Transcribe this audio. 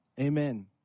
Amen